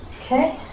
Okay